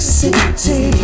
city